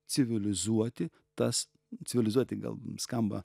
civilizuoti tas civilizuoti gal skamba